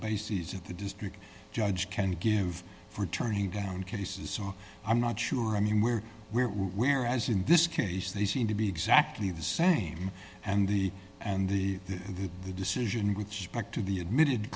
bases of the district judge can give for turning down cases or i'm not sure anywhere where where as in this case they seem to be exactly the same and the and the the decision which back to the admitted